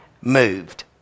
moved